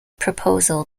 proposal